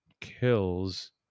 Kills